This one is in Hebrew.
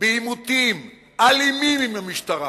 בעימותים אלימים עם המשטרה,